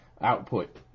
Output